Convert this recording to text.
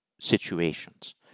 situations